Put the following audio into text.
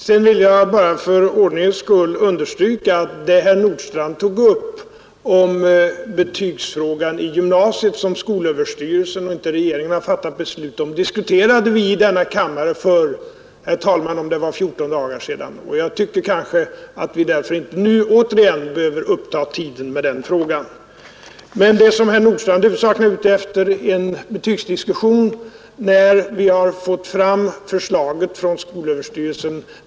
Sedan vill jag bara för ordningens skull understryka att det herr Nordstrandh tog upp om betygsfrågan i gymnasiet, om vilket skolöverstyrelsen och regeringen inte hade fattat beslut, diskuterades i denna kammare för 14 dagar sedan, Jag tyckte därför att vi nu inte återigen skulle behöva uppta tiden med den frågan. Men det som herr Nordstrandh huvudsakligen önskar få till stånd är en betygsdiskussion när vi har fått förslaget från skolöverstyrelsen.